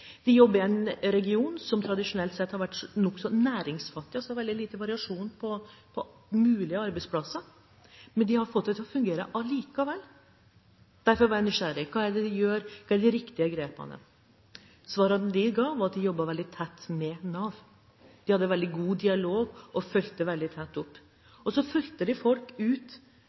De jobber i en region som tradisjonelt sett har vært nokså næringsfattig – det har vært veldig lite variasjon når det gjelder mulige arbeidsplasser. De har allikevel fått det til å fungere. Derfor var jeg nysgjerrig. Hva gjør de? Hvilke grep er de riktige? Svarene de ga, var at de jobbet veldig tett med Nav. De hadde veldig god dialog og fulgte veldig tett opp. Selv når de